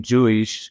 Jewish